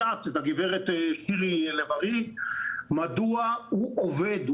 את הגברת שירי לב-רן מדוע הוא עובד,